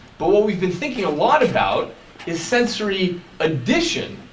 but what we've been thinking a lot about is sensory addition.